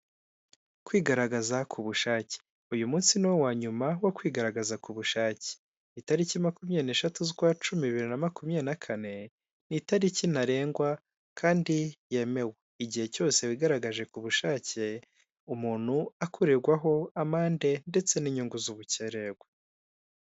Kwigaragaza ku bushake. Uyu munsi ni wo wa nyuma wo kwigaragaza ku bushake. Itariki makumyabiri n'eshatu z'ukwa cumi, bibiri na makumyabiri na kane, ni itariki ntarengwa kandi yemewe. Igihe cyose wigaragaje ku bushake, umuntu akurirwaho amande ndetse n'inyungu z'ubukererwe.